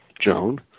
Joan